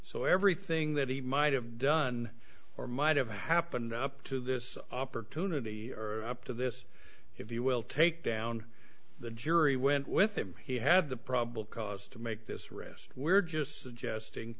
so everything that he might have done or might have happened up to this opportunity or up to this if you will take down the jury went with him he had the probable cause to make this arrest we're just suggesting